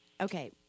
okay